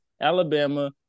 Alabama